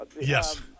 Yes